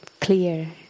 clear